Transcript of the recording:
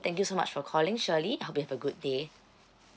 thank you so much for calling shirley hope you have a good day